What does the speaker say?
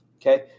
Okay